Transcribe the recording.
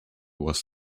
was